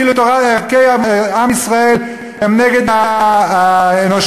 כאילו ערכי עם ישראל הם נגד האנושיות.